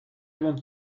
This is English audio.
want